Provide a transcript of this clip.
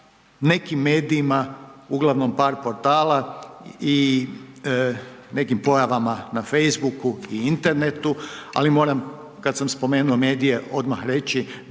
nekim medijima, uglavnom par portala i nekim pojavama na facebooku i internetu. Ali moram kad sam spomenuo medije odmah reći